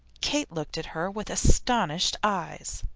kate looked at her with astonished eyes.